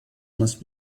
must